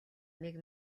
нэг